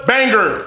Banger